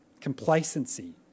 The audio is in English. Complacency